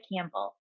Campbell